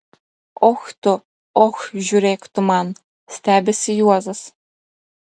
och tu och žiūrėk tu man stebisi juozas